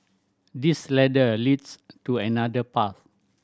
this ladder leads to another path